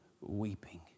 Weeping